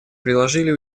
приложили